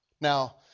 Now